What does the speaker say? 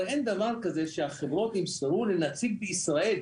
אבל אין דבר כזה שהחברות ימסרו לנציג בישראל,